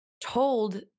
told